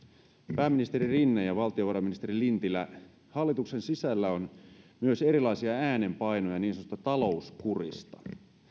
pääministeri rinne ja valtiovarainministeri lintilä hallituksen sisällä on myös erilaisia äänenpainoja niin sanotusta talouskurista